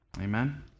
Amen